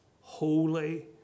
holy